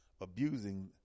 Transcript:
abusing